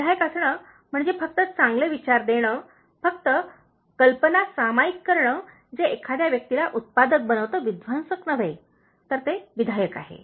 तर विधायक असणे म्हणजे फक्त चांगले विचार देणे फक्त कल्पना सामायिक करणे जे एखाद्या व्यक्तीला उत्पादक बनवते विध्वंसक नव्हे तर ते विधायक आहे